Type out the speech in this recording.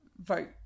vote